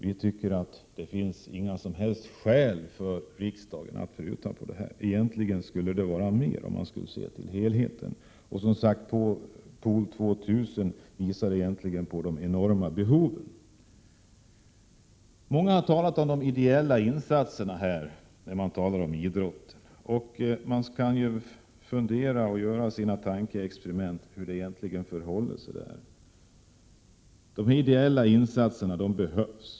Vi tycker att det inte finns några som helst skäl för riksdagen att pruta på detta. Om man skulle se till helheten borde stödet egentligen vara ännu större. Satsningen på Pool 2 000 visar som sagt på de enorma behov som egentligen finns. Många har här talat om de ideella insatser som sker inom idrotten. Man kan ju ha sina funderingar över hur det förhåller sig med de ideella insatserna. Dessa insatser behövs.